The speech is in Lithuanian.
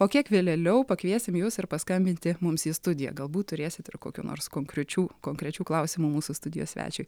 o kiek vėleliau pakviesime jus ir paskambinti mums į studiją galbūt turėsit ir kokių nors konkrečių konkrečių klausimų mūsų studijos svečiui